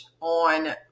on